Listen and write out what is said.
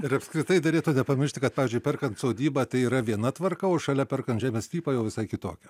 ir apskritai derėtų nepamiršti kad pavyzdžiui perkant sodybą tai yra viena tvarka o šalia perkant žemės sklypą jau visai kitokia